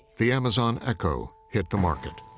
the amazon echo, hit the market.